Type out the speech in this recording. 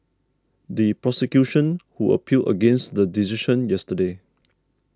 the prosecution who appealed against the decision yesterday